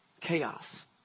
Chaos